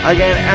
Again